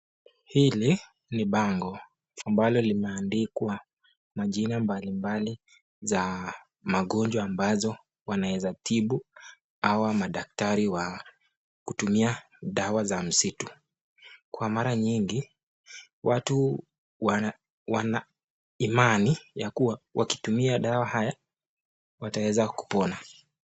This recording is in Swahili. Hili ni bango ambalo limeandikwa majina mbalimbali za magonjwa ambazo wanaweza tibu hawa madaktari wa kutumia dawa za msitu. Kwa mara nyingi watu wana imani ya kuwa wakitumia dawa haya wataweza kupona.